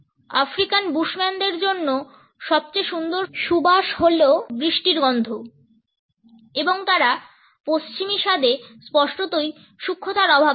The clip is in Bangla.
আফ্রিকান বুশম্যানদের জন্য সবচেয়ে সুন্দর সুবাস হলো বৃষ্টির গন্ধ এবং তারা পশ্চিমী স্বাদে স্পষ্টতই সূক্ষ্মতার অভাব পাবে